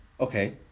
okay